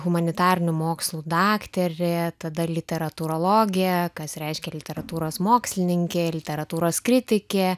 humanitarinių mokslų daktarė tada literatūrologė kas reiškia literatūros mokslininkė literatūros kritikė